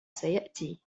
سيأتي